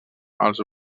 als